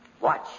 Watch